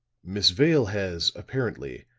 miss vale has, apparently,